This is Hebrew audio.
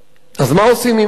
אז מה עושים עם עוד 30,000?